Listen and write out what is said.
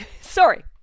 Sorry